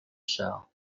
sell